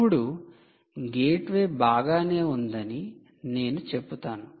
ఇప్పుడు గేట్వే బాగానే ఉందని నేను చెబుతాను